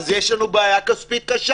אז יש לנו בעיה כספית קשה.